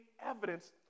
evidence